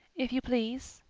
if you please.